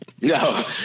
No